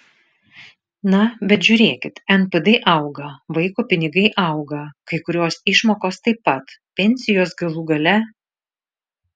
na bet žiūrėkit npd auga vaiko pinigai auga kai kurios išmokos taip pat pensijos galų gale